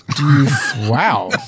Wow